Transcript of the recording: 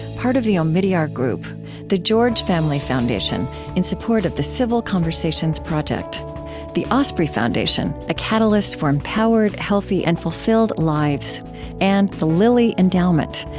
part of the omidyar group the george family foundation in support of the civil conversations project the osprey foundation a catalyst for empowered, healthy, and fulfilled lives and the lilly endowment,